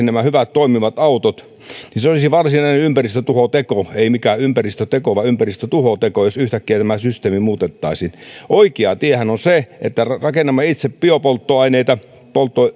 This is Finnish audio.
nämä hyvät toimivat autot se olisi varsinainen ympäristötuhoteko eikä mikään ympäristöteko vaan ympäristötuhoteko jos yhtäkkiä tämä systeemi muutettaisiin oikea tiehän on se että rakennamme itse biopolttoaineita